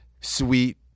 sweet